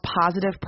positive